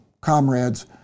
comrades